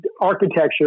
architecture